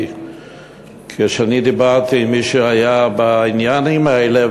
כי כשאני דיברתי עם מי שהיה בעניינים האלה,